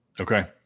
Okay